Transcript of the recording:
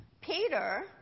Peter